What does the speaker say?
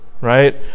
right